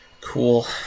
Cool